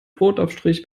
brotaufstrich